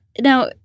Now